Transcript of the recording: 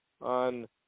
on